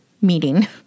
meeting